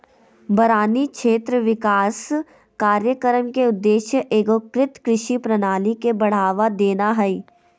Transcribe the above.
बारानी क्षेत्र विकास कार्यक्रम के उद्देश्य एगोकृत कृषि प्रणाली के बढ़ावा देना हइ